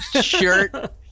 shirt